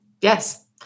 Yes